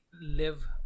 live